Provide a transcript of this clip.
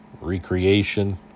recreation